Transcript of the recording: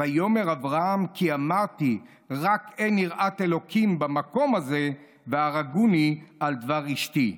"ויאמר אברהם כי אמרתי רק אין יראת ה' במקום הזה והרגוני על דבר אשתי".